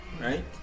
right